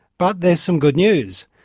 but there's some good news.